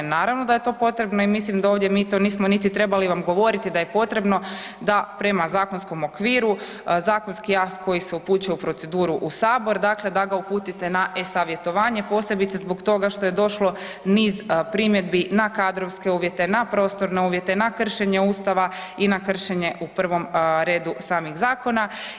Naravno da je to potrebno i mislim da ovdje mi to nismo niti trebali vam govoriti da je potrebno da prema zakonskom okviru zakonski akt koji se upućuje u proceduru u sabor, dakle da ga uputite na e-savjetovanje, posebice zbog toga što je došlo niz primjedbi na kadrovske uvjete, na prostorne uvjete, na kršenje ustava i na kršenje u prvom redu samih zakona.